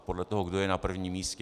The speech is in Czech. Podle toho, kdo je na prvním místě.